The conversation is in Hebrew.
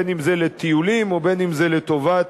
בין שזה לטיולים ובין שזה לטובת